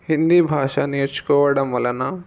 హిందీ భాష నేర్చుకోవడం వలన